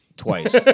twice